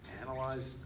analyzed